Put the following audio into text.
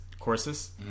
Courses